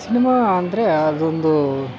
cinema ಅಂದರೆ ಅದೊಂದು